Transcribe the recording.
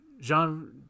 Jean